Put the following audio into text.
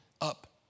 up